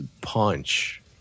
punch